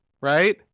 Right